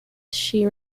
she